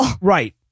Right